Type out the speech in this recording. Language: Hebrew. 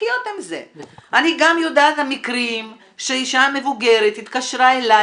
אני גם יודעת על מקרים שאישה מבוגרת התקשרה אליי,